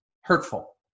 hurtful